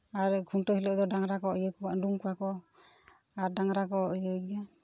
ᱟᱨ ᱠᱷᱩᱱᱴᱟᱹᱣ ᱦᱤᱞᱳ ᱫᱚ ᱰᱟᱝᱨᱟ ᱠᱚ ᱤᱭᱟᱹ ᱠᱚᱣᱟ ᱩᱰᱩᱝ ᱠᱚᱣᱟ ᱠᱚ ᱟᱨ ᱰᱟᱝᱨᱟ ᱠᱚ ᱤᱭᱟᱹᱭᱮᱭᱟ